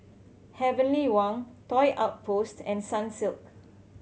Heavenly Wang Toy Outpost and Sunsilk